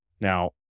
Now